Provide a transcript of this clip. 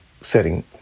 setting